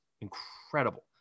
incredible